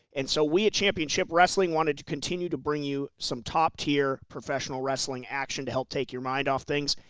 and so we at championship wrestling wanted to continue to bring you some top-tier professional wrestling action to help take your mind off things,